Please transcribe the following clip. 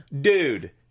Dude